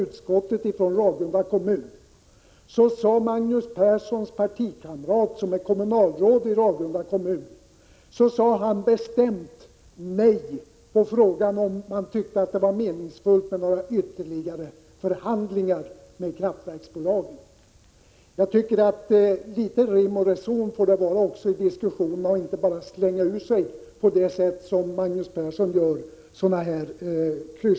1986/87:108 som vi hade i utskottet svarade Magnus Perssons partikamrat, som är 22 april 1987 kommunalråd i Ragunda kommun, bestämt nej på frågan om han tyckte att det var meningsfullt med några ytterligare förhandlingar med kraftverksbolaget. Litet rim och reson tycker jag att det får vara också i diskussionerna. kraftsutbyggnaden, Man kan inte bara slänga ur sig klyschor på det sätt som Magnus Persson gör.